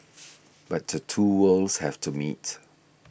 but the two worlds have to meet